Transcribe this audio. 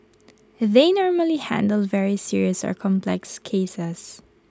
they normally handle very serious or complex cases